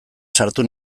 sartu